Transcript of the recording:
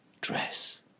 dress